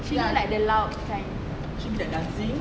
she look like the loud kind